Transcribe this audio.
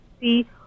see